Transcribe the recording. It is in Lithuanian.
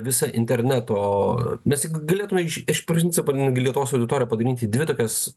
visa internato mes juk galėtume iš iš principo lietuvos auditoriją padalinti įdvi tokias